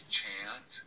chant